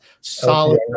solid